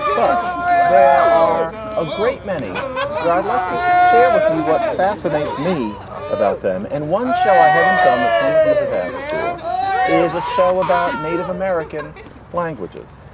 but there are a great many where i'd like to share with you what fascinates me about them. and one show i haven't done that some of you have asked for is a show about native american languages.